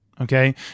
Okay